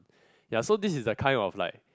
ya so this is the kind of like